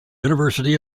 university